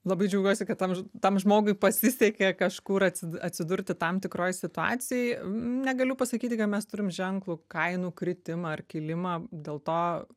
labai džiaugiuosi kad tam tam žmogui pasisekė kažkur atsi atsidurti tam tikroj situacijoj negaliu pasakyti kad mes turim ženklų kainų kritimą ar kilimą dėl to